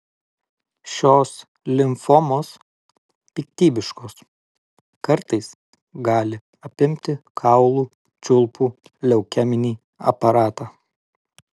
šios limfomos piktybiškos kartais gali apimti kaulų čiulpų leukeminį aparatą